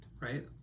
Right